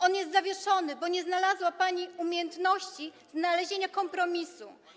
On jest zawieszony, bo nie ma pani umiejętności znalezienia kompromisu.